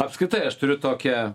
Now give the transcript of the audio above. apskritai aš turiu tokią